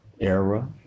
era